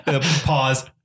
Pause